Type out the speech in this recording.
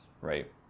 Right